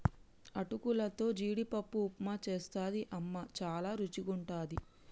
అటుకులతో జీడిపప్పు ఉప్మా చేస్తది అమ్మ చాల రుచిగుంటది